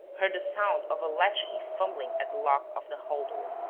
heard the sound of a latchkey fumbling at the lock of the hall-door.